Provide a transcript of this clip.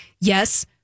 yes